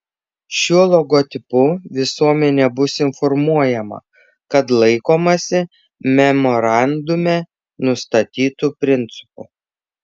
šiuo logotipu visuomenė bus informuojama kad laikomasi memorandume nustatytų principų